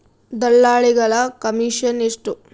ದಲ್ಲಾಳಿಗಳ ಕಮಿಷನ್ ಎಷ್ಟು?